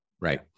Right